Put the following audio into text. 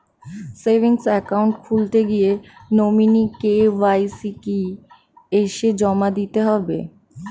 Savings account খুলতে গিয়ে nominee KYC কি এসে জমা দিতে হবে?